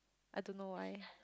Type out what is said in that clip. I don't know why